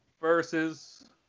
Versus